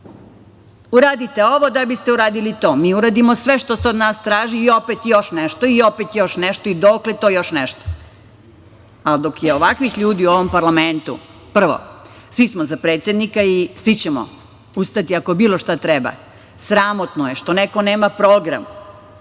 Uradite ovo, da biste uradili to. Mi uradimo sve što se od nas traži i opet još nešto, i opet još nešto, i dokle to još nešto. Dok je ovakvih ljudi u ovom parlamentu, prvo, svi smo za predsednika i svi ćemo ustati ako bilo šta treba. Sramotno je što neko nema program,